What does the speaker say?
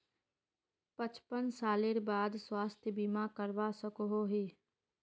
पचपन सालेर बाद स्वास्थ्य बीमा करवा सकोहो ही?